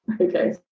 Okay